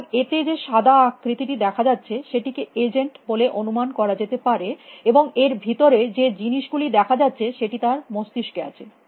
সুতরাং এতে যে সাদা আকৃতিটি দেখা যাচ্ছে সেটিকে এজেন্ট বলে অনুমান করা যেতে পারে এবং এর ভিতরে যে জিনিস গুলি দেখা যাচ্ছে সেটি তার মস্তিস্কে আছে